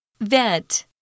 Vet